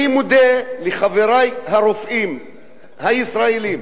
אני מודה לחברי הרופאים הישראלים,